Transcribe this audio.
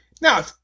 Now